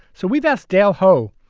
so we've asked dale ho,